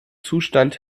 zustand